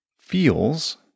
feels